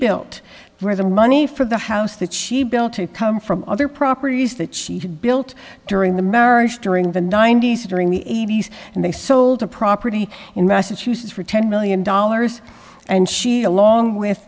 built where the money for the house that she built to come from other properties that she had built during the marriage during the ninety's during the eighty's and they sold a property in massachusetts for ten million dollars and she along with